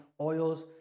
oils